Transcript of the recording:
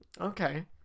okay